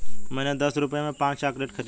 मैंने दस रुपए में पांच चॉकलेट खरीदी